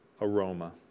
aroma